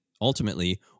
ultimately